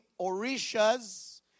Orishas